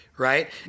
Right